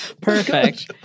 Perfect